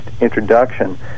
introduction